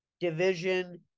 division